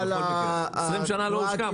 20 שנה לא הושקע.